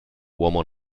uomo